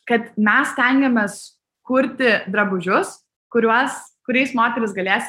kad mes stengiamės kurti drabužius kuriuos kuriais moterys galės